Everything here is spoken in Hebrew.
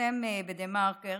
שהתפרסמה בדה-מרקר